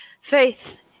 faith